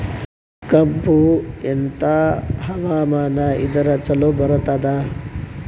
ಕಬ್ಬು ಎಂಥಾ ಹವಾಮಾನ ಇದರ ಚಲೋ ಬರತ್ತಾದ?